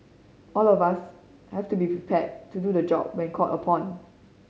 all of us have to be prepared to do the job when called upon